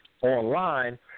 online